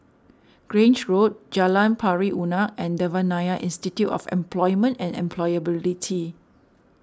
Grange Road Jalan Pari Unak and Devan Nair Institute of Employment and Employability